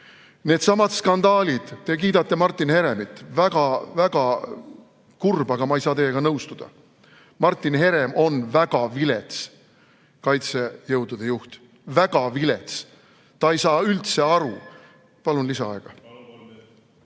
needsamad skandaalid! Te kiidate Martin Heremit – väga-väga kurb, aga ma ei saa teiega nõustuda. Martin Herem on väga vilets kaitsejõudude juht, väga vilets! Ta ei saa üldse aru sellest, et